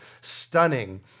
stunning